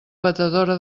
batedora